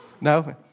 No